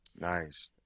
Nice